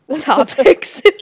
topics